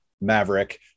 Maverick